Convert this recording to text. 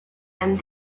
and